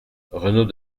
renaud